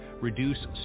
reduce